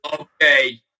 Okay